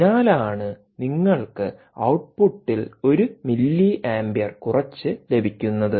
അതിനാലാണ് നിങ്ങൾക്ക് ഔട്ട്പുട്ടിൽ 1മില്ലിയാംപിയർ കുറച്ച് ലഭിക്കുന്നത്